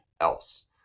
else